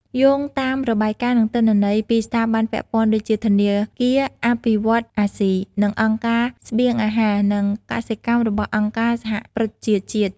យោងតាមរបាយការណ៍ និងទិន្នន័យពីស្ថាប័នពាក់ព័ន្ធ ដូចជាធនាគារអភិវឌ្ឍន៍អាស៊ី និងអង្គការស្បៀងអាហារ និងកសិកម្មរបស់អង្គការសហប្រជាជាតិ។